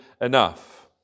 enough